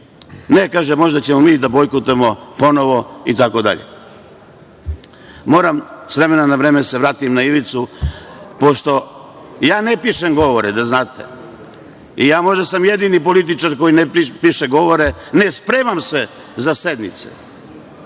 Ne, kaže, možda ćemo mi da bojkotujemo ponovo i tako dalje. Moram, s vremena na vreme da se vratim na Ivicu, pošto ja ne pišem govore i možda sam jedini političar koji ne piše govore i ne spremam se za sednice.